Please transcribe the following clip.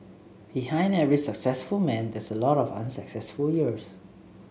behind every successful man there's a lot of unsuccessful years